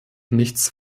nichts